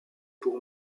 pour